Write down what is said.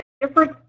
different